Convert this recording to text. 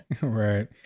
Right